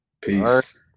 Peace